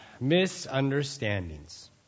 Misunderstandings